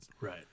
right